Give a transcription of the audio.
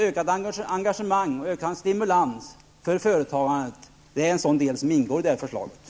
Ökat engagemang och ökad stimulans för företagandet är vad förslaget syftar på.